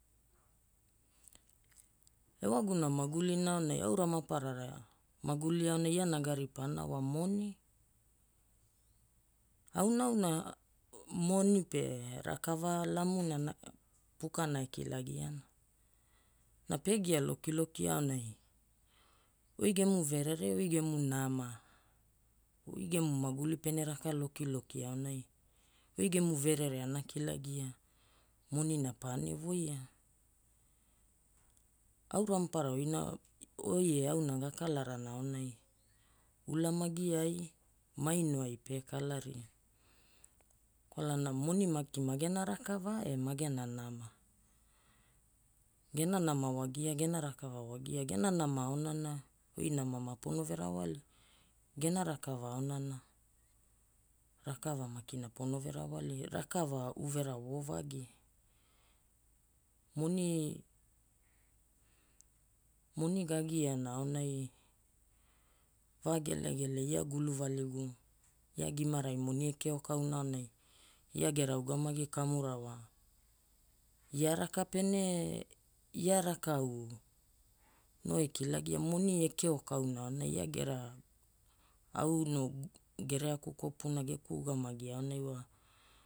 Ewaguna magulina aonai aura maparara maguli aonai iana garipaana wa moni. Aunaauna moni pe rakava lamuna, Pukana ekilagiana. Na pe gia lokilokia aonai oi gemu verere, oi gemu nama, oi gemu maguli pene raka lokiloki aonai oi gemu verere ana kilagia, monina paene voia. Aura maparara oina, oi e auna gakalarana aonai ulamagiai, mainoai pekalaria kwalana moni maki magena rakava e magena nama. Gena nama wagia gena rakava wagia. Gena nama aonana oi nama mapono verawawli. Gena rakava aonana, rakava makina ponove rawalia, rakava uvera voovagi. Moni, moni ga giaana aonai vagelele ia guluvaligu ia gimarai moni ekeokauna aonai ia gera ugamagi kamura wa ia raka pene ia rakau no e kilagia moni ekeokauna aonai ia gera au no gereaku kopuna geku ugamagi aonai wa